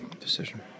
Decision